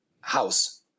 house